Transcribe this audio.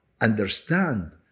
understand